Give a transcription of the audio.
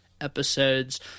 episodes